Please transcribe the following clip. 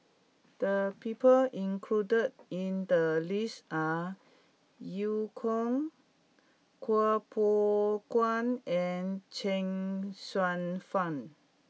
the people included in the list are Eu Kong Kuo Pao Kun and Chuang Hsueh Fang